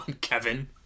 Kevin